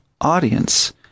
audience